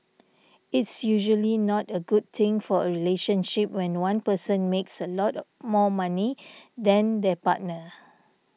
it's usually not a good thing for a relationship when one person makes a lot of more money than their partner